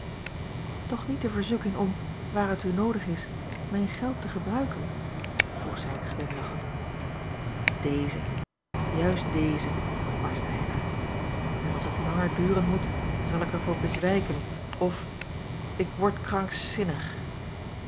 toch niet de verzoeking om waar het u noodig is mijn geld te gebruiken vroeg zij glimlachend déze juist deze barstte hij uit en als het langer duren moet zal ik er voor bezwijken of ik word krankzinnig